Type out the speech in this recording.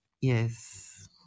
Yes